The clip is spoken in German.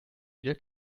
wieder